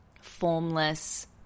formless